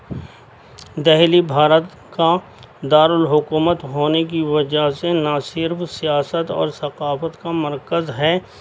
دہلی بھارت کا دارالحکومت ہونے کی وجہ سے ناصرف سیاست اور ثقافت کا مرکز ہے